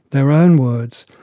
their own words,